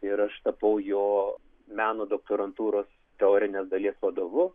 ir aš tapau jo meno doktorantūros teorinės dalies vadovu